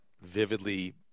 vividly